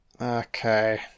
Okay